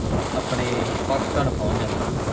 ਆਪਣੇ ਪਾਕਿਸਤਾਨ ਪਹੁੰਚ ਜਾਂਦਾ